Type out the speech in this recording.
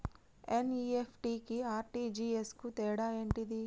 NEFT కి RTGS కు తేడా ఏంటిది?